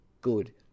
good